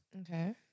Okay